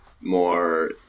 more